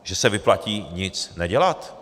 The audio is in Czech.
Že se vyplatí nic nedělat!